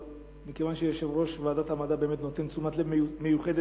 אבל מכיוון שיושב-ראש ועדת המדע נותן תשומת לב מיוחדת